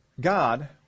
God